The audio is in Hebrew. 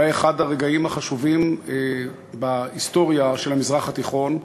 אולי אחד הרגעים החשובים בהיסטוריה של המזרח התיכון,